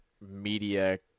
media